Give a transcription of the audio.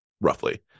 roughly